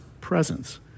presence